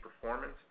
performance